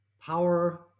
power